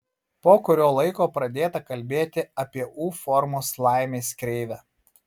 po kurio laiko pradėta kalbėti apie u formos laimės kreivę